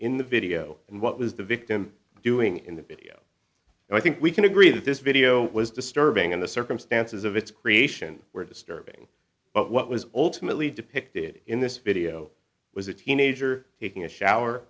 in the video and what was the victim doing in the video and i think we can agree that this video was disturbing and the circumstances of its creation were disturbing but what was ultimately depicted in this video was a teenager taking a shower